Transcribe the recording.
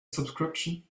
subscription